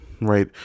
right